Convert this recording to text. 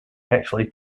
actually